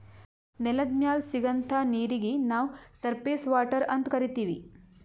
ನೆಲದ್ ಮ್ಯಾಲ್ ಸಿಗಂಥಾ ನೀರೀಗಿ ನಾವ್ ಸರ್ಫೇಸ್ ವಾಟರ್ ಅಂತ್ ಕರೀತೀವಿ